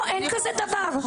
לא, אין כזה דבר.